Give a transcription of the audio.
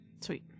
Sweet